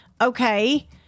Okay